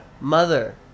Mother